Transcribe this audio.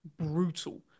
brutal